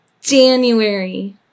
January